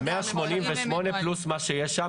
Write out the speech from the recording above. זה 188 פלוס מה שיש שם.